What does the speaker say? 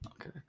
Okay